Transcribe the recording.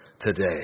today